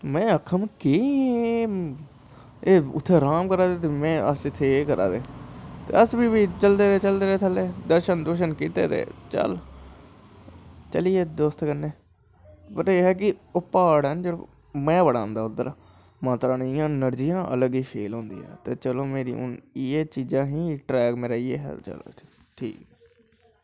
में आक्खा वै केह् ए् उत्थें राम करा दे ते अस इत्थें एह् करा दे ते अस बी फ्ही चलदे रेह् चलदे रेह् थल्लै दर्शन दुर्शन कीते ते चल चली गे दोस्तें कन्नैं बट एह् हा के प्हाड़ न जेह्ड़े मज़ा बड़ा आंदा उद्धर माता रानी दी अनर्जी अलग गै फील होंदी ऐ इयां चलो मेरी चीज़ां इयै हियां ट्रैक मेरी इयै हा ठीक ऐ